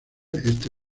este